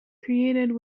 created